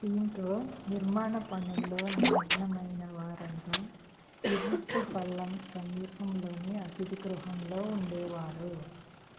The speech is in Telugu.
దీంతో నిర్మాణ పనుల్లో నిమగ్నమైన వారంతా ఇరుట్టు పల్లం సమీపంలోని అతిథి గృహంలో ఉండేవారు